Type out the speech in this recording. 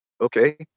Okay